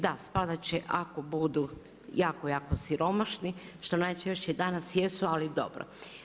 Da, spadati će ako budu jako, jako siromašni, što najčešće danas jesu ali dobro.